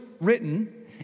written